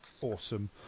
awesome